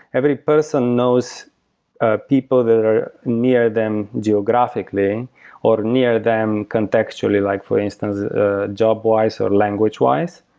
every person knows ah people that are near them geographically or near them contextually, like for instance job-wise or language-wise.